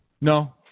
No